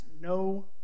no